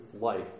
life